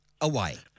away